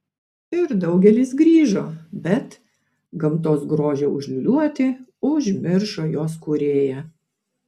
ir daugelis grįžo bet gamtos grožio užliūliuoti užmiršo jos kūrėją